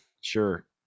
sure